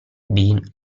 been